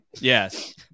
Yes